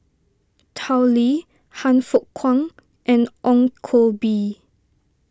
Tao Li Han Fook Kwang and Ong Koh Bee